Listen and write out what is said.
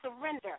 surrender